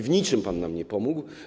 W niczym pan nam nie pomógł.